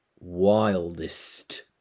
wildest